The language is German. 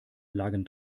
lagen